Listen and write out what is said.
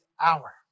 hour